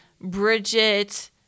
Bridget